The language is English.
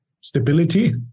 stability